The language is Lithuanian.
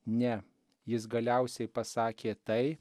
ne jis galiausiai pasakė tai